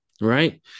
right